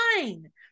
fine